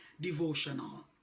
Devotional